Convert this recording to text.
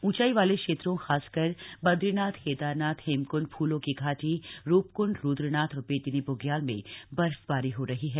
ऊंचाई वाले क्षेत्रों खासकर बद्रीनाथ केदारनाथ हेमकुंड फूलों की घाटी रूपकुंड रुद्रनाथ और बेदिनी बुग्याल में बर्फबारी हो रही है